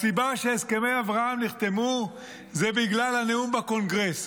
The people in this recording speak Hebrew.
הסיבה שהסכמי אברהם נחתמו זה בגלל הנאום בקונגרס.